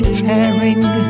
tearing